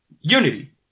unity